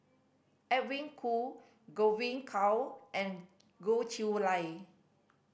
Edwin Koo Godwin Koay and Goh Chiew Lye